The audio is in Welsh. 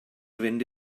fynd